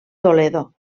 toledo